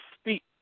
speak